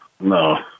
No